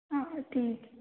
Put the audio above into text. हाँ ठीक है